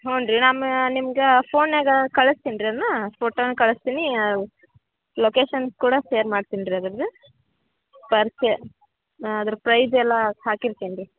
ಹ್ಞೂ ರೀ ನಮ್ಮ ನಿಮ್ಗೆ ಫೋನಿನ್ಯಾಗ್ ಕಳಿಸ್ತೀನ್ ರೀ ಅದನ್ನು ಫೋಟೋನೂ ಕಳಿಸ್ತೀನಿ ಲೊಕೇಶನ್ ಕೂಡ ಸೇರ್ ಮಾಡ್ತಿನಿ ರೀ ಅದರ್ದು ಪರ್ ಸೇ ಹಾಂ ಅದ್ರ ಪ್ರೈಜೆಲ್ಲಾ ಹಾಕಿರ್ತೀನಿ ರೀ